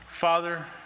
father